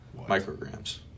Micrograms